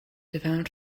dyfan